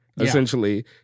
Essentially